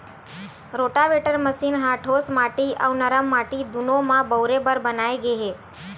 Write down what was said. rotavator machine ह ठोस माटी अउ नरम माटी दूनो म बउरे बर बनाए गे हे